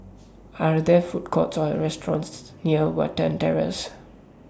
Are There Food Courts Or restaurants near Watten Terrace